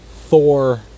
Thor